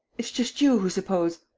it's just you who suppose.